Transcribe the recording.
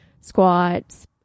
squats